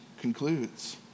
concludes